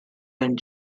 and